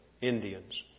Indians